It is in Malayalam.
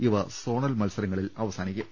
ഇവ സോണൽ മത്സരങ്ങളിൽ അവസാനിക്കും